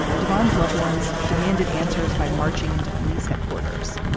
demands loved ones demanded answers by marching into police headquarters.